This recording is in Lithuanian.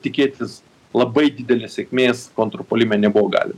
tikėtis labai didelės sėkmės kontrpuolime nebuvo galima